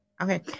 Okay